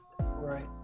right